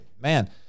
man